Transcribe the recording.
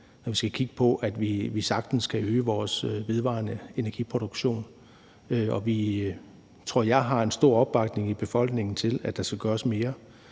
og vi skal kigge på, at vi sagtens kan øge vores vedvarende energi-produktion, og hvis vi har en stor opbakning i befolkningen til, at der skal gøres mere,